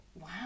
wow